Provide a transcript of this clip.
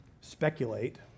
speculate